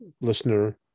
listener